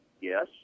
Yes